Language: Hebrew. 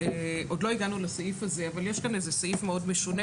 עוד לא הגענו לסעיף זה אבל יש כאן איזה סעיף מאוד משונה